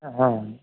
हँ